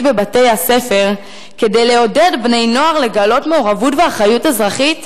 בבתי-הספר כדי לעודד בני נוער להפגין מעורבות ואחריות אזרחית?